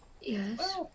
Yes